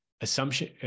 assumption